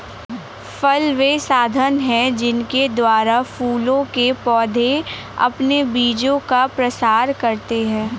फल वे साधन हैं जिनके द्वारा फूलों के पौधे अपने बीजों का प्रसार करते हैं